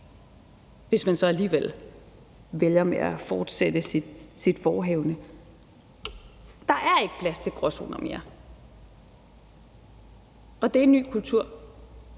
hvis man så alligevel vælger at fortsætte sit forehavende. Kl. 17:34 Der er ikke plads til gråzoner mere, og det er en ny kultur.